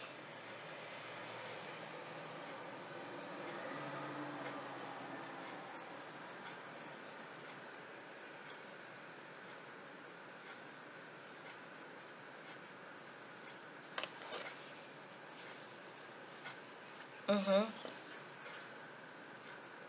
mmhmm